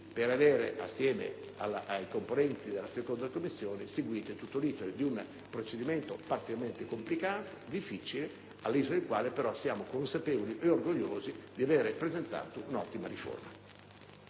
per avere, insieme ai componenti della 2a Commissione, seguito l'*iter* complessivo di un procedimento particolarmente complicato e difficile all'esito del quale siamo consapevoli e orgogliosi di avere presentato un'ottima riforma.